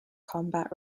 combat